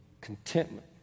Contentment